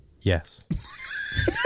yes